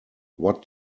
what